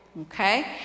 Okay